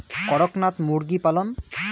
করকনাথ মুরগি পালন?